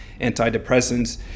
antidepressants